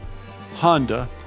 Honda